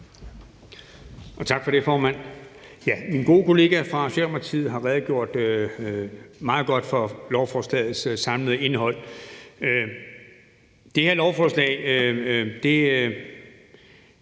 Tak for det, formand. Min gode kollega fra Socialdemokratiet har redegjort meget godt for lovforslagets samlede indhold. Det her lovforslag